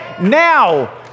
now